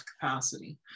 capacity